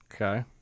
Okay